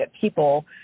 people